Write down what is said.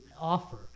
offer